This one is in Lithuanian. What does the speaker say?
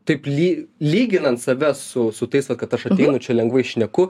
taip ly lyginant save su su tais va kad aš ateinu čia lengvai šneku